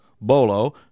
bolo